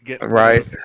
Right